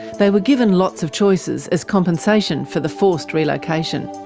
they were given lots of choices, as compensation for the forced relocation.